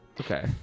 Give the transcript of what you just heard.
Okay